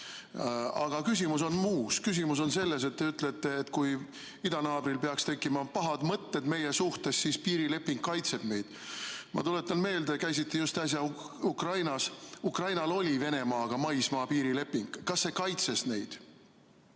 Aga küsimus on muus. Küsimus on selles, et te ütlete, et kui idanaabril peaks tekkima pahad mõtted meie suhtes, siis piirileping kaitseb meid. Ma tuletan meelde, te käisite just äsja Ukrainas, et Ukrainal oli Venemaaga maismaapiiri leping. Kas see kaitses neid?